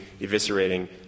eviscerating